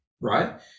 right